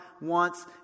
wants